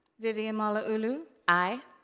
vivian malauulu. aye.